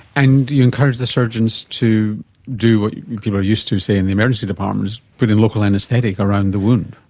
and do you encourage the surgeons to do what people are used to, say, in the emergency department, is put in local anaesthetic around the wound?